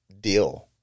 deal